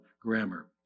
grammar